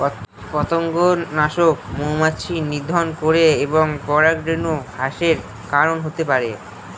পতঙ্গনাশক মৌমাছি নিধন করে এবং পরাগরেণু হ্রাসের কারন হতে পারে